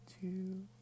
two